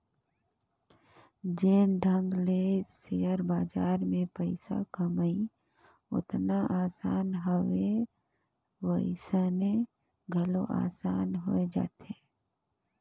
जेन ढंग ले सेयर बजार में पइसा कमई ओतना असान हवे वइसने घलो असान होए जाथे